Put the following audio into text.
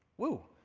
whoa!